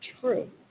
true